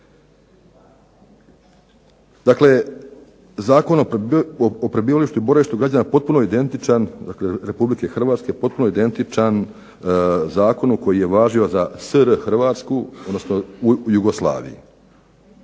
Dakle, Zakon o prebivalištu i boravištu građana Republike Hrvatske potpuno je identičan zakonu koji je važio za SR Hrvatsku odnosno u Jugoslaviji.